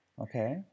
okay